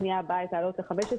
הפנייה הבאה הייתה להעלות ל-15.